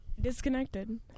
disconnected